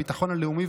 הביטחון הלאומי,